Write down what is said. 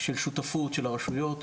של שותפות של הרשויות,